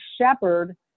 shepherd